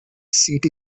seat